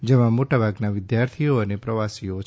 જેમાં મોટાભાગના વિદ્યાર્થીઓ અને પ્રવાસીઓ છે